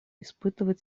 испытывает